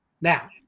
Now